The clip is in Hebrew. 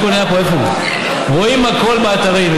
רואים הכול באתרים.